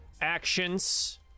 actions